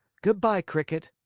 good-by, cricket.